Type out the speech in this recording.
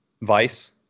Vice